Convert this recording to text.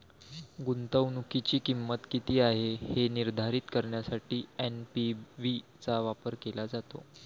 गुंतवणुकीची किंमत किती आहे हे निर्धारित करण्यासाठी एन.पी.वी चा वापर केला जातो